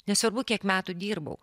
nesvarbu kiek metų dirbau